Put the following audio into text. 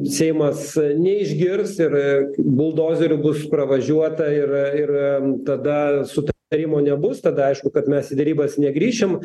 seimas neišgirs ir buldozeriu bus pravažiuota ir ir tada sutarimo nebus tada aišku kad mes į derybas negrįšim